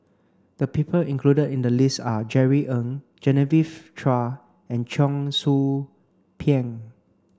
the people included in the list are Jerry Ng Genevieve Chua and Cheong Soo Pieng